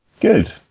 Good